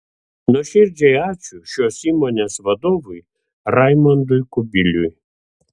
nuoširdžiai ačiū šios įmonės vadovui raimundui kubiliui